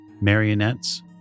marionettes